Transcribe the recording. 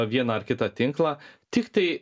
vieną ar kitą tinklą tiktai